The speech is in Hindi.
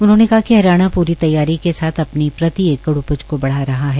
उन्होंने कहा कि हरियाणा पूरी तैयारी के साथ अपनी प्रति एकड़ उपज को बढ़ा रहा है